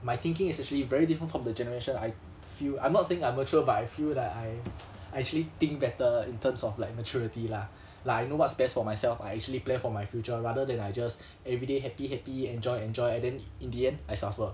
my thinking is actually very different from the generation I feel I'm not saying I'm mature but I feel that I I actually think better in terms of like maturity lah like I know what's best for myself I actually plan for my future rather than I just everyday happy happy enjoy enjoy and then in the end I suffer